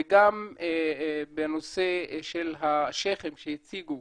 וגם בנושא של השייח'ים שהציגו